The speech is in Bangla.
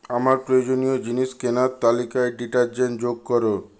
আমার প্রয়োজনীয় জিনিস কেনার তালিকায় ডিটার্জেন্ট যোগ করো